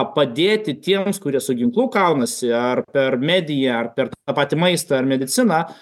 padėti tiems kurie su ginklu kaunasi ar per mediją ar per tą patį maistą ar mediciną